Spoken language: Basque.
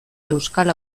euskal